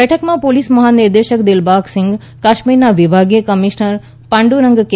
બેઠકમાં પોલીસ મહાનિર્દેશક દિલબાગ સિંઘ કાશ્મીરના વિભાગીય કમિશનર પાંડરંગ કે